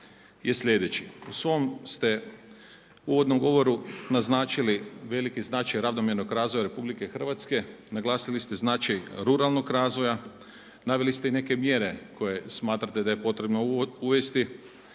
U svom ste uvodnom govoru naznačili veliki značaj ravnomjernog razvoja Republike Hrvatske, naglasili ste značaj ruralnog razvoja, naveli ste i neke mjere koje smatrate da je potrebno uvesti